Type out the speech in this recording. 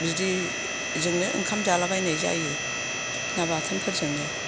बिदिजोंनो ओंखाम जालाबायनाय जायो ना बाथोनफोरजोंनो